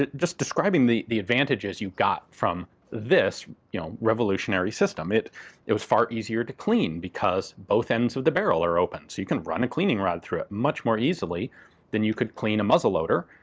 just describing the the advantages you got from this, you know, revolutionary system. it it was far easier to clean because both ends of the barrel are open, so you can run a cleaning rod through it much more easily than you could clean a muzzle loader,